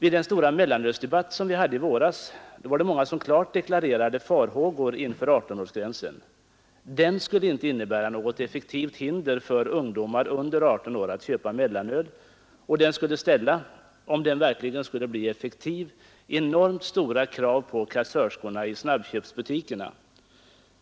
I den stora mellanölsdebatt som vi hade i våras var det många som klart deklarerade farhågor inför 18-årsgränsen. Den skulle inte innebära något effektivt hinder för ungdomar under 18 år att köpa mellanöl, och den skulle, om den verkligen skulle bli effektiv, ställa enormt stora krav på kassörskorna i snabbköpsbutikerna.